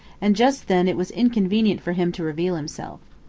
and just then it was inconvenient for him to reveal himself.